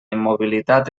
immobilitat